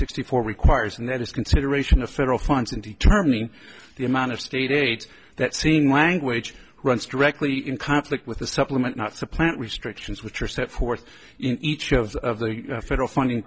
sixty four requires and that is consideration of federal funds in determining the amount of state aid that scene language runs directly in conflict with the supplement not supplant restrictions which are set forth in each of the federal funding